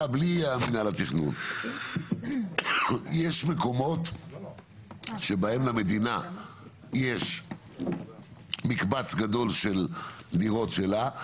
בלי מנהל התכנון יש מקומות שבהם למדינה יש מקבץ גדול של דירות שלה,